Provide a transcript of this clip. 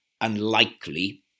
unlikely